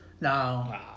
No